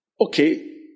okay